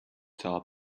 top